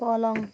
पलङ